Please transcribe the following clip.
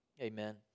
Amen